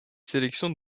sélections